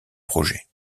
projet